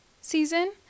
season